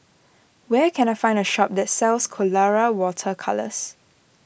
where can I find a shop that sells Colora Water Colours